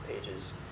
pages